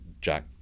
Jack